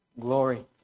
glory